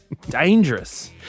dangerous